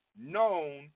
known